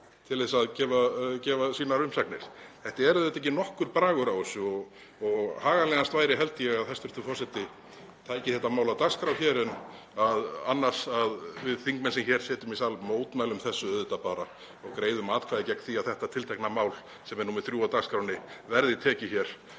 til að gefa sínar umsagnir? Það er auðvitað ekki nokkur bragur á þessu og haganlegast væri held ég að hæstv. forseti tæki þetta mál af dagskrá hér en annars að við þingmenn sem hér sitjum í sal mótmælum þessu auðvitað bara og greiðum atkvæði gegn því að þetta tiltekna mál, sem er nr. 3 á dagskránni, verði tekið hér